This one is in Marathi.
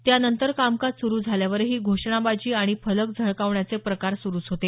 त्यानंतर कामकाज सुरू झाल्यावरही घोषणाबाजी आणि फलक झळकावण्याचे प्रकार सुरूच होते